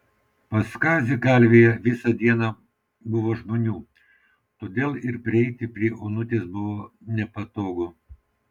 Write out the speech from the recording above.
pas kazį kalvėje visą dieną buvo žmonių todėl ir prieiti prie onutės buvo nepatogu